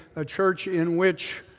a church in which